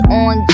on